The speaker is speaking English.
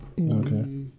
Okay